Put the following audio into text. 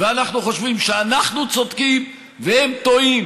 ואנחנו חושבים שאנחנו צודקים והם טועים,